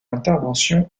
intervention